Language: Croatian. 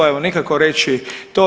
Evo nikako reći to.